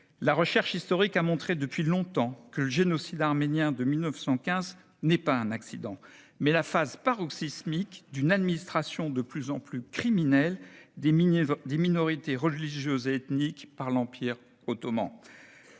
La recherche historique a montré depuis longtemps que le génocide arménien de 1915 est non pas un accident, mais la phase paroxysmique d'une administration de plus en plus criminelle des minorités religieuses et ethniques par l'Empire ottoman.